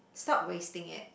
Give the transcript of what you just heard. stop wasting it